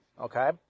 okay